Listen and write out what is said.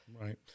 right